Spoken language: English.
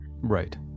Right